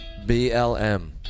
BLM